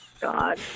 God